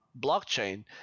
blockchain